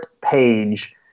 page